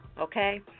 okay